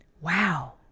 wow